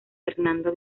fernando